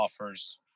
offers